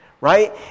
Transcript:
right